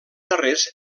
darrers